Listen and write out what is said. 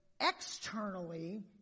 Externally